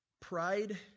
Pride